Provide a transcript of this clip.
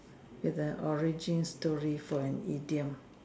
with an origin story for an idiom